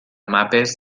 mapes